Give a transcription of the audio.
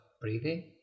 breathing